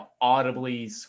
audibly